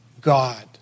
God